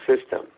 system